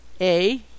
A